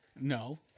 No